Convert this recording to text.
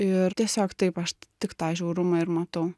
ir tiesiog taip aš tik tą žiaurumą ir matau